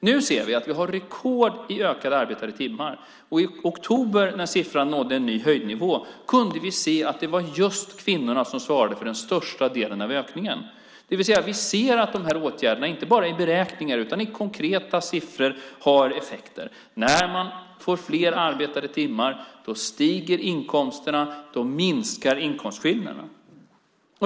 Nu ser vi att vi har rekord i antalet arbetade timmar. I oktober när siffran nådde en ny höjdnivå kunde vi se att det var just kvinnorna som svarade för den största delen av ökningen. Vi ser att dessa åtgärder inte bara i beräkningar utan även i konkreta siffror har effekter. När man får fler arbetade timmar stiger inkomsterna och minskar inkomstskillnaderna.